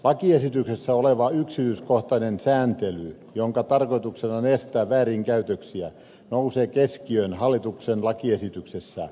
lakiesityksessä oleva yksityiskohtainen sääntely jonka tarkoituksena on estää väärinkäytöksiä nousee keskiöön hallituksen lakiesityksessä